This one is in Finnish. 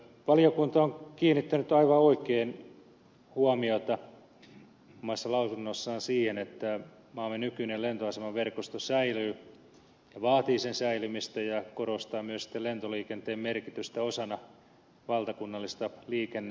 valiokunta on kiinnittänyt aivan oikein huomiota omassa lausunnossaan siihen että maamme nykyinen lentoasemaverkosto säilyy ja vaatii sen säilymistä ja korostaa myös sitten lentoliikenteen merkitystä osana valtakunnallista liikennejärjestelmää